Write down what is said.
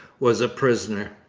was a prisoner.